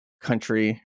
country